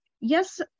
Yes